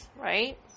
right